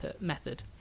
method